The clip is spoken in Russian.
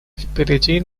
впереди